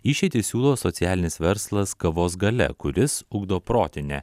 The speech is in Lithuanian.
išeitį siūlo socialinis verslas kavos galia kuris ugdo protinę